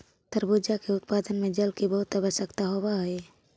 तरबूजा के उत्पादन में जल की बहुत आवश्यकता होवअ हई